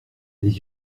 les